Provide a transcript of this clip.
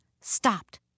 stopped